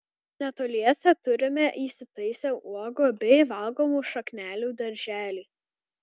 netoliese turime įsitaisę uogų bei valgomų šaknelių darželį